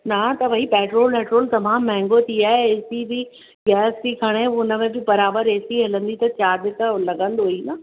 न त भई पैट्रोल वैट्रोल तमामु महांगो थी वियो आहे ए सी बि गैस थी खणे हुन में बि बराबरि ए सी हलंदी त चार्जिस त लॻंदो ई न